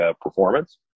performance